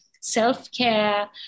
self-care